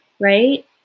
Right